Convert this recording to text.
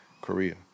Korea